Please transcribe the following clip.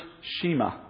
Shema